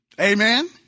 Amen